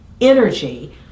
energy